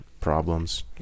problems